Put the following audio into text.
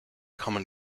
common